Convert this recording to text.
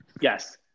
Yes